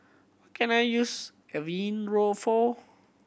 can I use Avene for